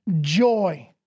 joy